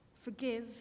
Forgive